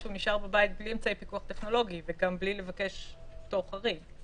שהוא נשאר בבית בלי אמצעי פיקוח טכנולוגי וגם בלי לבקש פטור חריג.